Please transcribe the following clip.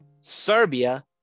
Serbia